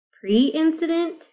pre-incident